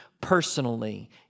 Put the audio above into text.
personally